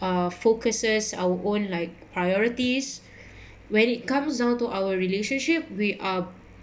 uh focuses our own like priorities when it comes down to our relationship we are